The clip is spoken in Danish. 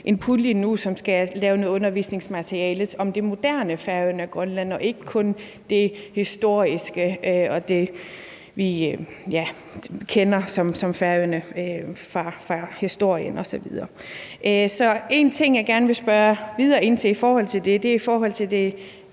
en pulje nu til at få lavet noget undervisningsmateriale om det moderne Færøerne og Grønland og ikke kun det historiske og det, vi kender som Færøerne fra historien osv. Så en ting, jeg gerne vil spørge videre ind til i forhold til det, er vedrørende det